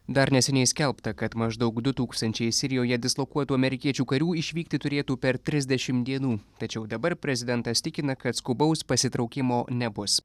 dar neseniai skelbta kad maždaug du tūkstančiai sirijoje dislokuotų amerikiečių karių išvykti turėtų per trisdešim dienų tačiau dabar prezidentas tikina kad skubaus pasitraukimo nebus